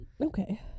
Okay